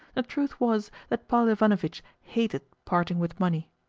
the truth was that paul ivanovitch hated parting with money.